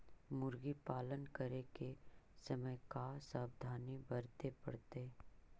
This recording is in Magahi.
मुर्गी पालन करे के समय का सावधानी वर्तें पड़तई?